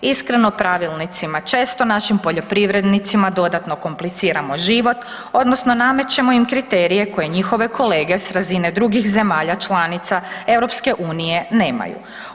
Iskreno, pravilnicima često našim poljoprivrednicima dodatno kompliciramo život odnosno namećemo im kriterije koje njihove kolege s razine drugih zemalja članica EU nemaju.